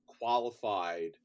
qualified